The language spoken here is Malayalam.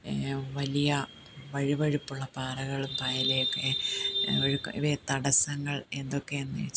വലിയ വഴുവഴുപ്പുള്ള പാറകളും പായൽ ഒക്കെ ഇവയെ തടസ്സങ്ങൾ എന്തൊക്കെയാണെന്ന് ചോദിച്ചാൽ